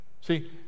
see